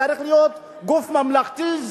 צריך להיות גוף ממלכתי,